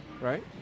right